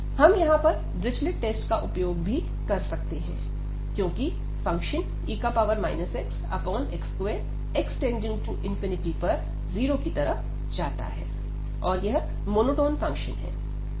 हम यहां पर डिरिचलेट टेस्ट का उपयोग भी कर सकते हैं क्योंकि फंक्शन e xx2 x→∞पर 0 की तरफ जाता है और यह मोनोटॉन फंक्शन है